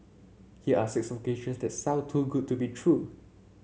here are six vocations that sound too good to be true